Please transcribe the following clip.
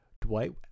dwight